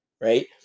right